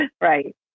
Right